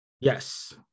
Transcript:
Yes